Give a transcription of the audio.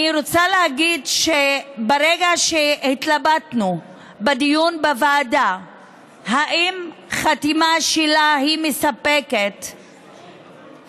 אני רוצה להגיד שברגע שהתלבטנו בדיון בוועדה אם החתימה שלה מספקת,